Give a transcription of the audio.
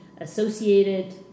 Associated